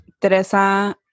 Teresa